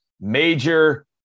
major